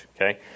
okay